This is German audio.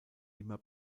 immer